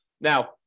Now